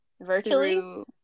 virtually